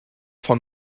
von